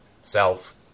self